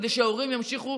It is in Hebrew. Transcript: כדי שההורים ימשיכו